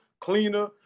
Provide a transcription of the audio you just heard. cleaner